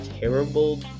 terrible